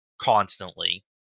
Constantly